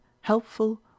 helpful